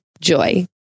Joy